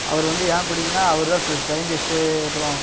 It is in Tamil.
அவர் வந்து ஏன் பிடிக்கும்னா அவர்தான் ச சயின்டிஸ்ட்டு அப்புறம்